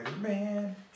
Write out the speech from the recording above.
man